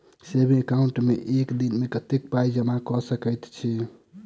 Saving account मे एक दिनमे कतेक पाई जमा कऽ सकैत छी?